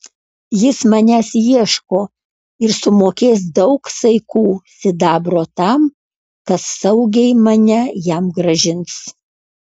jis manęs ieško ir sumokės daug saikų sidabro tam kas saugiai mane jam grąžins